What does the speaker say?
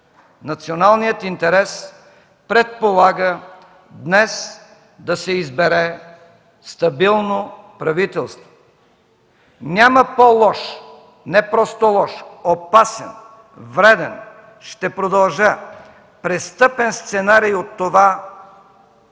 националният интерес предполага днес да се избере стабилно правителство. Няма по-лош, не просто лош, опасен, вреден, ще продължа – престъпен, сценарий от това